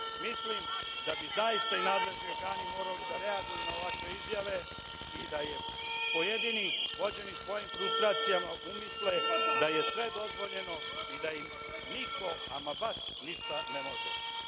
Mislim da bi zaista i nadležni organi morali da reaguju na ovakve izjave, jer je, jer je pojedini, vođeni svojim frustracijama, umisle da im je sve dozvoljeno i da im niko, ama baš ništa ne može.